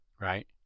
Right